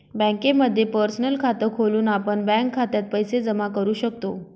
बँकेमध्ये पर्सनल खात खोलून आपण बँक खात्यात पैसे जमा करू शकतो